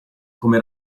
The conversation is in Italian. come